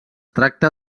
tracta